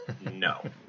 No